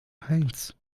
heinz